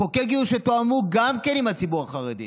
חוקי גיוס שתואמו גם עם הציבור החרדי,